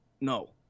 no